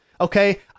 Okay